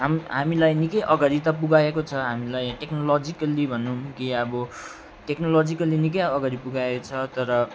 हाम हामीलाई निकै अगाडि त पुगाएको छ हामीलाई टेक्नोलोजीकली भनौँ कि अब टेक्नोलोजीकली निकै अगाडि पुगाएको छ तर